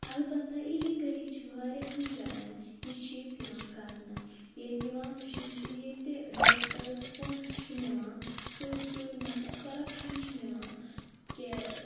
البَتہٕ illegally چھِ واریاہَن جایَن یہِ چیٖز یِوان کرنہٕ ییٚتہِ یِوان وٕچھِنہٕ چھِ ییٚتہِ ڈاکٹٲرٕس پونٛسہٕ چھِ نِوان ژوٗر ژوٗرِ مطلب کَرپشَن چھِ نِوان کہِ